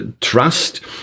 trust